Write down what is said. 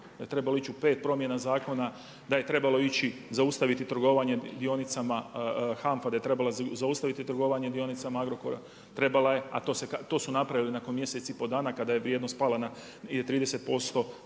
Da je trebalo ići u 5 promjena zakona, da je trebalo ići, zaustaviti trgovanje dionicama HAMFA, da je trebalo zaustaviti trgovanje dionicama Agrokora, trebala je, a to su napravili nakon mjesec i pol dana, kada je vrijednost pala na 30%.